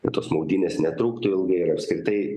ir tos maudynės netruktų ilgai ir apskritai